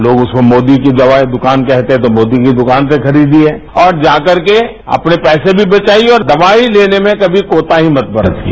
लोग उसको मोदी की दुकान कहते हैं तो मोदी की दुकान से खरीदिए और जाकर के अपने पैसे भी बचाईए और दवाई लेने में कभी कोताही मत बरतिए